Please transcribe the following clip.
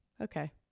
Okay